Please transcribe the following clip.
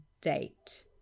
date